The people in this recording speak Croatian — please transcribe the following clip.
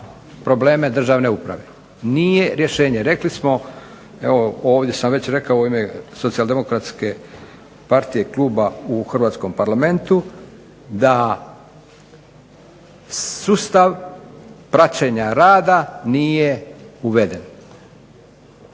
probleme državne uprave. Nije rješenje. Rekli smo, evo ovdje sam već rekao u ime Socijaldemokratske partije kluba u hrvatskom Parlamentu, da sustav praćenja rada nije uveden.